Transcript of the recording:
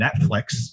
Netflix